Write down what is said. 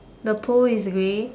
the pole is grey